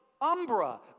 umbra